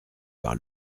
par